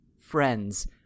friends